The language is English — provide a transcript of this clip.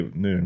nu